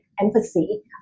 empathy